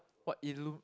what ilu~